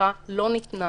המסכה לא ניתנה